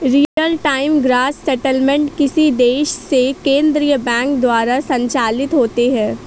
real time gross settlement किसी देश के केन्द्रीय बैंक द्वारा संचालित होते हैं